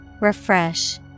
Refresh